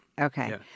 Okay